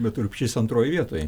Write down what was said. bet urbšys antroj vietoj